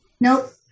Nope